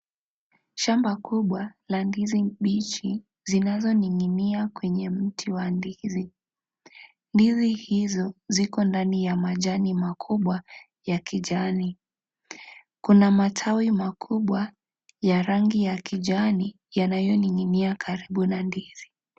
Shamba kubwa la ndizi mbichi zinazoning'inia kwenye mti wa ndizi. Ndizi hizo ziko ndani ya majani makubwa ya kijani. Kuna matawi makubwa ya rangi ya kijani yanayoning'inia karibu na ndizi.